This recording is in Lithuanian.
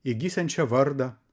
įgyjančią vardą